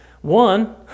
One